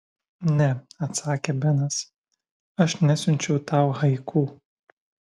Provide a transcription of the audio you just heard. ne atsakė benas aš nesiunčiau tau haiku